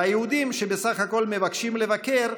והיהודים, שבסך הכול מבקשים לבקר,